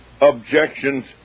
objections